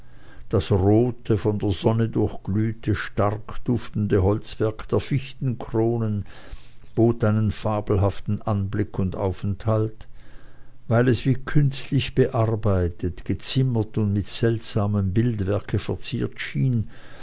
das rote von der sonne durchglühte stark duftende holzwerk der fichtenkronen bot einen fabelhaften anblick und aufenthalt weil es wie künstlich bearbeitet gezimmert und mit seltsamem bildwerk verziert schien